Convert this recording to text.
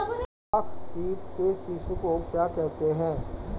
लाख कीट के शिशु को क्या कहते हैं?